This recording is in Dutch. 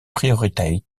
prioriteit